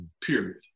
period